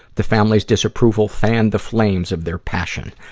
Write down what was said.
the family's disapproval fanned the flames of their passion.